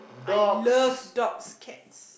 I love dogs cats